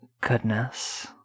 Goodness